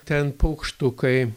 ten paukštukai